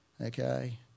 okay